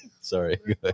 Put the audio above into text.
Sorry